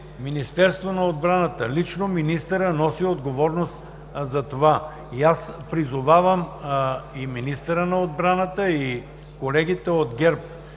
Министерството на отбраната и лично министърът, носим отговорност за това. Призовавам и министъра на отбраната, и колегите от ГЕРБ